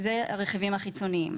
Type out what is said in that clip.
זה מבחינת הרכיבים החיצוניים.